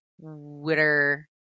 Twitter